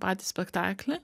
patį spektaklį